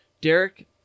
Derek